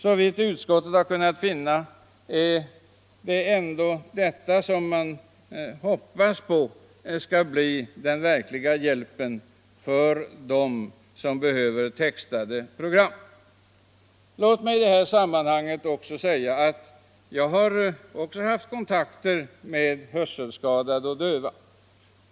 Såvitt utskottet kunnat finna är det ändå detta man hoppas på som den verkliga hjälpen för dem som behöver textade program. Låt mig i detta sammanhang få säga att även jag har haft kontakt med hörselskadade och döva.